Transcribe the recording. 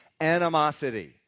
animosity